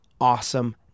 awesome